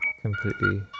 completely